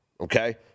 Okay